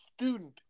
student